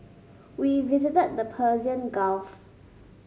we visited the Persian Gulf